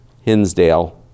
Hinsdale